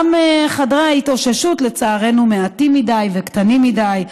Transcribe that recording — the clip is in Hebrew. גם חדרי ההתאוששות, לצערנו, מעטים מדי וקטנים מדי,